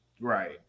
right